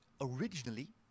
originally